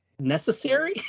necessary